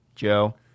Joe